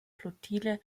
flottille